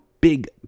big